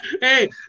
Hey